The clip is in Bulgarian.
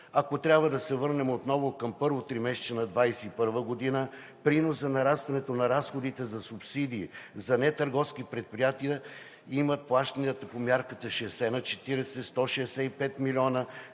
Ако трябва да се върнем отново към първо тримесечие на 2021 г., приносът – нарастването на разходите за субсидия за нетърговски предприятия, имат плащанията по мярката 60/40 – 165 млн.